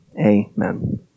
Amen